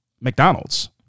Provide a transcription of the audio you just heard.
mcdonald's